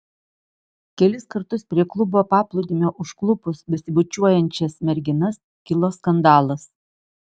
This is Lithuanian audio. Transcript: kelis kartus prie klubo paplūdimio užklupus besibučiuojančias merginas kilo skandalas